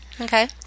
Okay